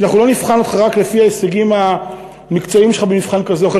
שאנחנו לא נבחן אותך רק לפי ההישגים המקצועיים שלך במבחן כזה או אחר.